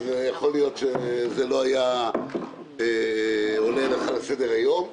יכול להיות שזה לא היה עולה בכלל לסדר היום.